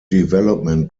development